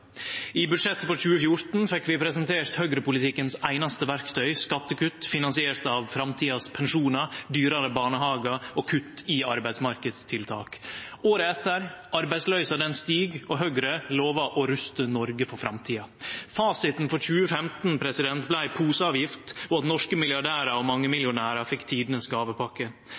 I budsjettet for 2014 fekk vi presentert det einaste verktøyet i høgrepolitikken: skattekutt finansiert av framtidas pensjonar, dyrare barnehagar og kutt i arbeidsmarknadstiltak. Året etter stig arbeidsløysa, og Høgre lovar å ruste Noreg for framtida. Fasiten for 2015 vart poseavgift, og at norske milliardærar og mangemillionærar fekk tidenes